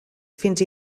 fins